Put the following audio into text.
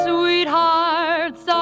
Sweethearts